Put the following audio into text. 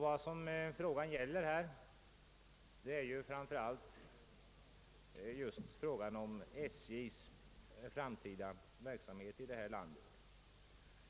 Vad frågan nu gäller är framför allt SJ:s framtida verksamhet.